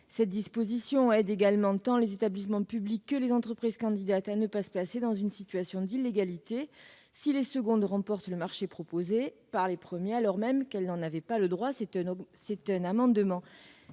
Cette disposition aide également tant les établissements publics que les entreprises candidates à ne pas se placer dans une situation d'illégalité si les secondes remportent le marché proposé par les premiers, alors même qu'elles n'avaient pas le droit d'être candidates.